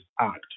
Act